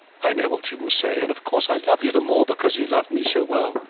i know what you will say, and of course i love you the more because you love me so well